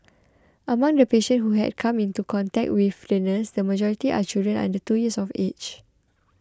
among the patients who had come into contact with the nurse the majority are children under two years of age